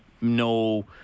no